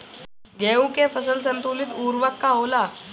गेहूं के फसल संतुलित उर्वरक का होला?